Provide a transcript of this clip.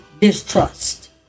distrust